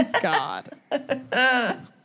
God